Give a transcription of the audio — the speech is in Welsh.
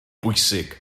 bwysig